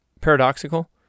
Paradoxical